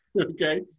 Okay